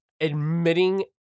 admitting